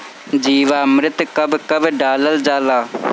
जीवामृत कब कब डालल जाला?